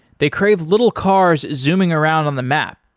they crave little cars zooming around on the map.